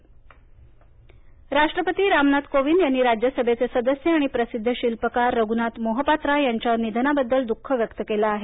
राष्ट्रपती रघनाथ मोहापात्रा दःख राष्ट्रपती रामनाथ कोविंद यांनी राज्यसभेचे सदस्य आणि प्रसिद्ध शिल्पकार रघुनाथ मोहपात्रा यांच्या निधनाबद्दल दुःख व्यक्त केलं आहे